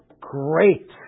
Great